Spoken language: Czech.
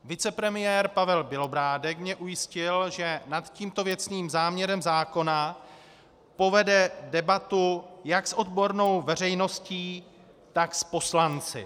Vicepremiér Pavel Bělobrádek mě ujistil, že nad tímto věcným záměrem zákona povede debatu jak s odbornou veřejností, tak s poslanci.